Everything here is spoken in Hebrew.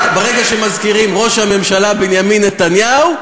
ברגע שמזכירים ראש הממשלה בנימין נתניהו,